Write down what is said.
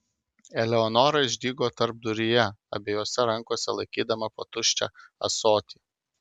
eleonora išdygo tarpduryje abiejose rankose laikydama po tuščią ąsotį